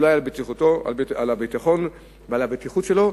להוסיף אולי על הביטחון ועל הבטיחות שלו,